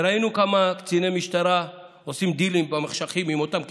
וראינו כמה קציני משטרה עושים דילים במחשכים עם אותם קיצונים.